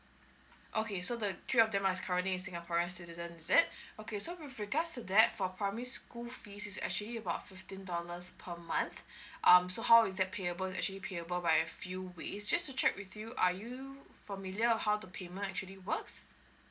okay so the three of them are currently singaporeans citizens is it okay so with regards to that for primary school fees is actually about fifteen dollars per month um so how is that payable actually payable by a few ways just to check with you are you familiar how the payment actually works